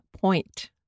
point